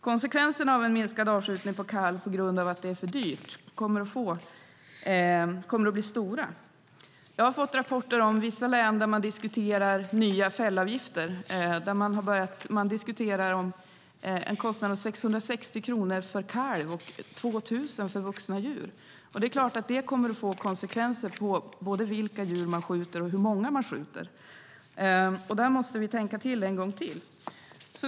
Konsekvenserna av en minskad avskjutning av kalv på grund av att det är för dyrt kommer att bli stora. Jag har fått rapporter om vissa län där man diskuterar nya fällavgifter. Man diskuterar en kostnad på 660 kronor för kalv och 2 000 kronor för vuxna djur. Det är klart att detta kommer att få konsekvenser både för vilka djur man skjuter och för hur många man skjuter. Där måste vi tänka till en gång till.